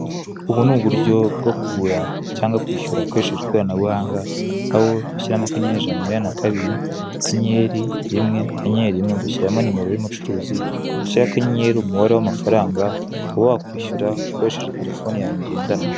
Ubu ni uburyo bwo kugura cyangwa kwishyura ukoresheje ikoranabuhanga, aho ushyiramo akanyenyeri ijana na mirongo inani na kabiri, akanyenyeri rimwe, akanyenyeri rimwe, ugashyiramo nimero y'umucuruzi, ugashyiraho akanyenyeri umubare w'amafaranga, ukaba wakwishyura ukoresheje telefoni yawe ngendanwa.